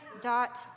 dot